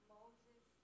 Moses